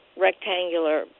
rectangular